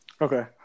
Okay